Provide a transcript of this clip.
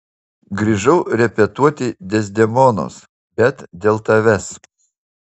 grįžau repetuoti dezdemonos bet dėl tavęs